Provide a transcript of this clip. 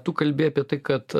tu kalbi apie tai kad